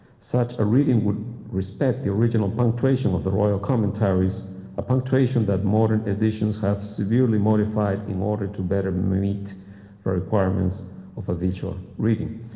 such a reading would respect the original punctuation of the royal commentaries a punctuation that modern additions have severely modified in order to better meet the requirements of a visual reading.